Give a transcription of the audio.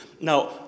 Now